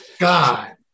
God